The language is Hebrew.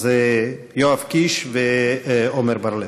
אז יואב קיש ועמר בר-לב.